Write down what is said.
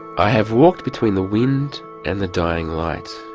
i have walked between the wind and the dying light